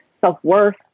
self-worth